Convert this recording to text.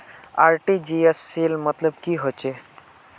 RTGS सेल मतलब की होचए?